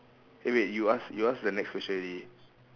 eh wait you ask you ask the next question already